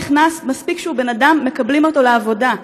מספיק שהוא בן אדם, מקבלים אותו לעבודה.